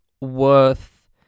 worth